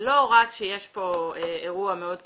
זה לא רק שיש פה אירוע מאוד קשה.